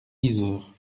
yzeure